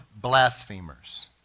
blasphemers